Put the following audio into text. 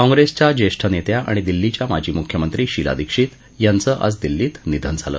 कॉंग्रेसच्या ज्येष्ठ नेत्या आणि दिल्लीच्या माजी मुख्यमंत्री शिला दीक्षित यांचं आज दिल्लीत निधन झालं